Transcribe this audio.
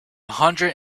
hundred